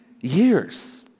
years